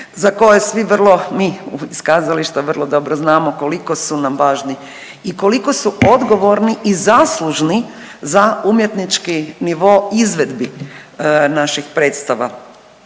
za koje svi vrlo, mi iz kazališta vrlo dobro znamo koliko su nam važni i koliko su odgovorni i zaslužni za umjetnički nivo izvedbi naših predstava.